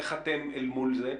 איך אתם אל מול זה?